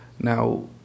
Now